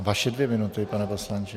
Vaše dvě minuty, pane poslanče.